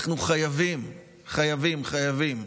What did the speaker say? אנחנו חייבים, חייבים חייבים,